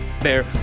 bear